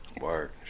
Work